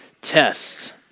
tests